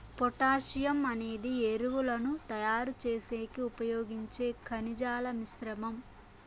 potassium అనేది ఎరువులను తయారు చేసేకి ఉపయోగించే ఖనిజాల మిశ్రమం